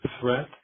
Threat